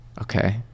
okay